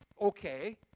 okay